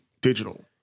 digital